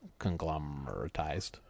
conglomeratized